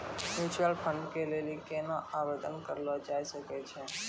Mutual fund के लेली केना आवेदन करलो जाय सकै छै?